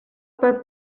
per